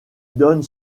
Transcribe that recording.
donne